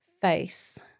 face